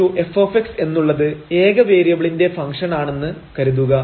yf എന്നുള്ളത് ഏക വേരിയബിളിന്റെ ഫംഗ്ഷൻ ആണെന്ന് കരുതുക